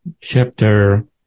chapter